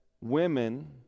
women